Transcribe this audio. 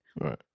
Right